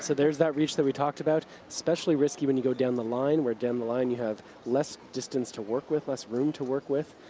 so there's that reach that we talked about. especially risky when you go down the line. where down the line you have less distance to work with, less room to work with.